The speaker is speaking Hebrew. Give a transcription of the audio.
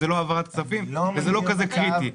שזה לא העברת כספים ולא כזה קריטי,